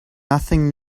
nothing